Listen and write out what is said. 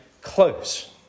close